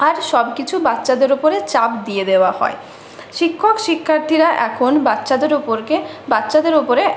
আর সবকিছু বাচ্চাদের উপরে চাপ দিয়ে দেওয়া হয় শিক্ষক শিক্ষিকারা এখন বাচ্চাদের উপর বাচ্চাদের উপরে